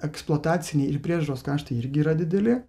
eksploataciniai ir priežiūros kaštai irgi yra dideli